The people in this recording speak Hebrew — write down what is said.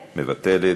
מוותרת.